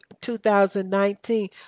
2019